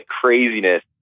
craziness